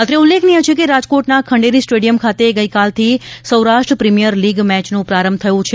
અત્રે ઉલ્લેખનીય છે કે રાજકોટના ખંડુરી સ્ટેડિયમ ખાતે ગઈકાલથી સૌરાષ્ટ્ર પ્રીમિયમ લીગ મેચનો પ્રારંભ થયો છે